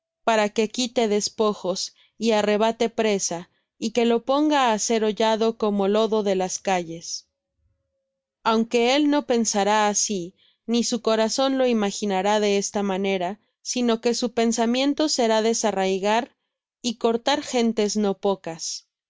para que quite despojos y arrebate presa y que lo ponga á ser hollado como lodo de las calles aunque él no lo pensará así ni su corazón lo imaginará de esta manera sino que su pensamiento será desarraigar y cortar gentes no pocas